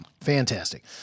Fantastic